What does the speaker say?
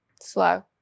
slow